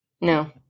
No